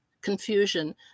confusion